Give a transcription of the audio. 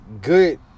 good –